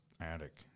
attic